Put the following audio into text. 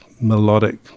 melodic